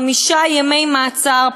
חמישה ימי מעצר,